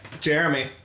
Jeremy